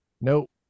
Nope